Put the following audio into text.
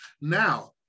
Now